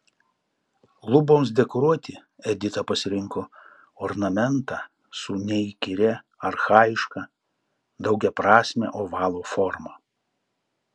luboms dekoruoti edita pasirinko ornamentą su neįkyria archajiška daugiaprasme ovalo forma